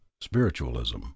spiritualism